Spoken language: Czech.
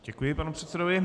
Děkuji panu předsedovi.